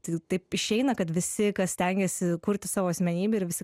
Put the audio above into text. tai taip išeina kad visi stengiasi kurti savo asmenybę ir visi